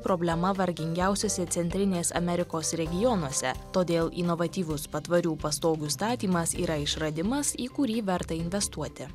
problema vargingiausiuose centrinės amerikos regionuose todėl inovatyvus patvarių pastogių įstatymas yra išradimas į kurį verta investuoti